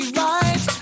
right